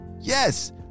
Yes